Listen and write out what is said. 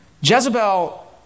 Jezebel